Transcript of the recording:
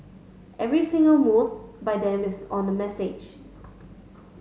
every single move by them is on the message